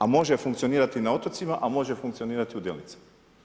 A može funkcionirati na otocima, a može funkcionirati u Delnicama.